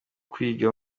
kwiga